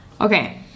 Okay